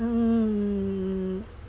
mm